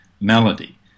melody